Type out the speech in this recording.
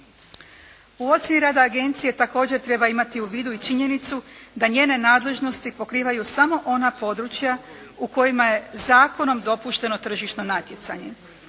U okviru rada agencije također treba imati u vidu i činjenicu da njene nadležnosti pokrivaju samo ona područja u kojima je zakonom dopušteno tržišno natjecanja,